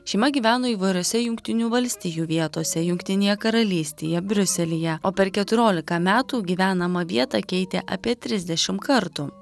šeima gyveno įvairiose jungtinių valstijų vietose jungtinėje karalystėje briuselyje o per keturiolika metų gyvenamą vietą keitė apie trisdešim kartų